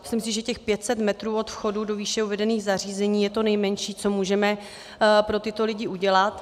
Myslím si, že těch 500 metrů od vchodu do výše uvedených zařízení je to nejmenší, co můžeme pro tyto lidi udělat.